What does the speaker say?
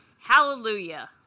Hallelujah